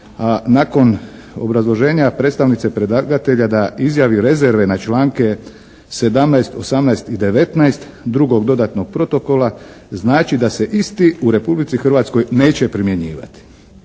nakon obrazloženja predstavnice predlagatelja da izjavi rezerve na članke 17., 18. i 19. drugog dodatnog protokola znači da se isti u Republici Hrvatskoj neće primjenjivati.